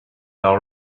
par